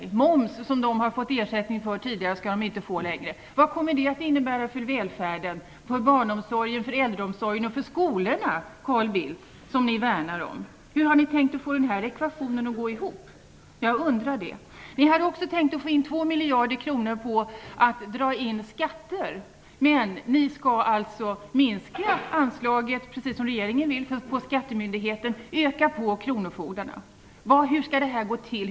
Det rör sig om moms som kommunerna tidigare fått ersättning för, och det skall de inte få längre. Vad kommer det att innebära för välfärden, för barnomsorgen, för äldreomsorgen och för skolorna, Carl Bildt? Det är ju områden som ni värnar om. Jag undrar hur ni har tänkt att få en sådan ekvation att gå ihop. Moderaterna har också försökt att få in 2 miljarder kronor genom att dra in skatter. Ni vill, precis som regeringen, minska anslaget till skattemyndigheten men öka det för kronofogdarna. Hur skall det gå till?